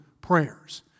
prayers